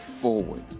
forward